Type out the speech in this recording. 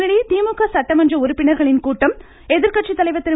இதனிடையே திமுக சட்டமன்ற உறுப்பினர்களின் கூட்டம் எதிர்கட்சி தலைவர் திரு